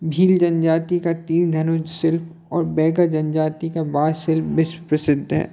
भील जनजाति का तीर धनुष शिल्प और बैकर जनजाति का बाह शिल्प विश्व प्रसिद्ध है